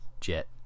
jet